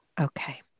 Okay